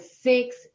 six